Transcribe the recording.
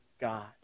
God